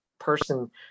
person